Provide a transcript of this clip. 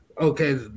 Okay